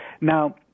Now